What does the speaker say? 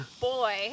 boy